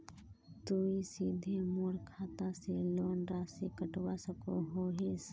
तुई सीधे मोर खाता से लोन राशि कटवा सकोहो हिस?